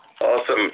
Awesome